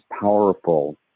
powerful